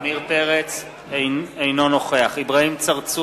(קורא בשמות